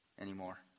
anymore